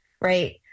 right